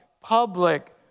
public